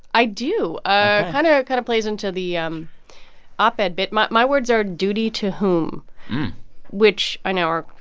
i do. ah kind of it kind of plays into the um op-ed and bit. my my words are duty to whom which i know are,